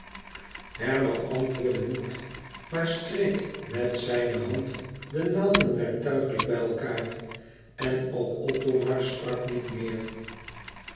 herman antwoordde niet maar streek met zijne hand de naalden werktuigelijk bij elkaâr en ook othomar sprak niet meer